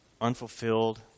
unfulfilled